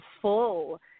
full